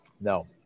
No